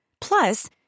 Plus